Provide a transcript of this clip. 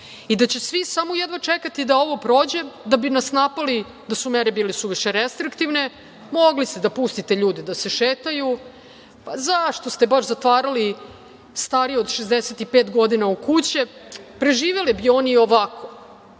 i da će svi samo jedva čekati da ovo prođe da bi nas napali da su mere bile suviše restriktivne, mogli ste da pustite ljude da se šetaju, zašto ste baš zatvarali starije od 65 godina u kuće, preživeli bi oni i ovako.